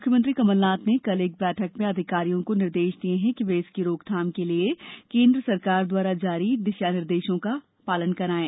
मुख्यमंत्री कमलनाथ ने कल एक बैठक में अधिकारियों को निर्देश दिये कि वे इसकी रोकथॉम के लिए केन्द्र सरकार द्वारा जारी दिशा निर्देशों का पालन कराये